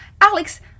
Alex